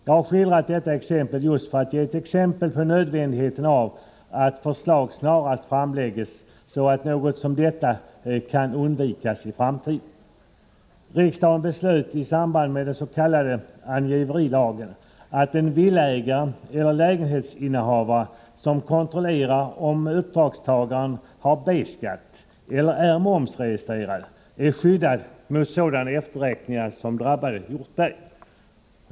Jag har skildrat detta exempel just för att visa nödvändigheten av att förslag snarast framläggs, så att något som detta kan undvikas i framtiden. Riksdagen beslöt i samband med den s.k. angiverilagen att en villaägare eller lägenhetsinnehavare som kontrollerar om uppdragsgivaren har B-skatt eller är momsregistrerad är skyddad mot sådana efterräkningar som drabbat Hjortberg.